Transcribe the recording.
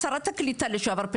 שרת הקליטה לשעבר,